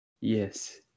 Yes